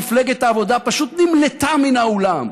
מפלגת העבודה פשוט נמלטה מהאולם.